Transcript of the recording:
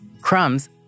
Crumbs